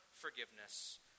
forgiveness